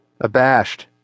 Abashed